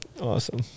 Awesome